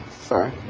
sorry